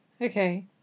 Okay